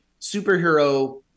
superhero